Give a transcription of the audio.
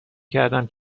کردم